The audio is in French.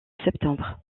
septembre